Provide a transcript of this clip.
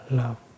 love